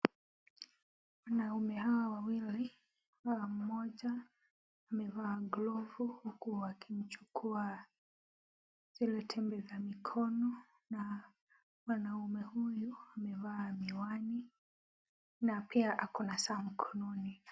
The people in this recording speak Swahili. Wanaume hawa wawili , mmoja amevaa glovu huku wakimchukua zile tembe za mikono. Na mwanaume huyu amevaa miwani na pia akona saa mkononi.